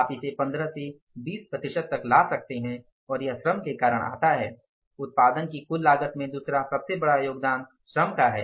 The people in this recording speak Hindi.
आप इसे 15 से 20 प्रतिशत तक ला सकते हैं और यह श्रम के कारण आता है उत्पादन की कुल लागत में दूसरा सबसे बड़ा योगदान श्रम का है